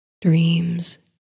Dreams